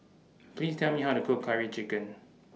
Please Tell Me How to Cook Curry Chicken